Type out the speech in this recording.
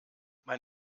man